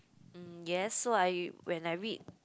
mm yes so I when I read